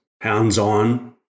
hands-on